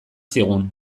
zigun